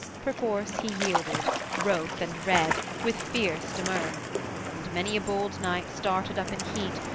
perforce he yielded, wroth and red, with fierce demur and many a bold knight started up in heat,